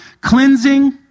cleansing